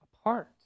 apart